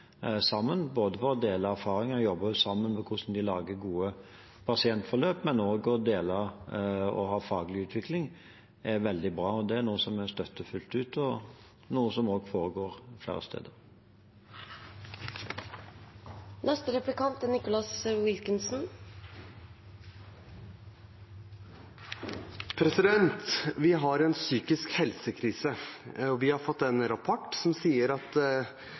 både ved å dele erfaringer og jobbe sammen om hvordan man lager gode pasientforløp. Det å dele og å ha faglig utvikling er veldig bra. Det er noe vi støtter fullt ut, og noe som også foregår flere steder. Vi har en krise i psykisk helsevern. Vi har fått en rapport der det foreslås at